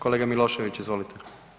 Kolega Milošević, izvolite.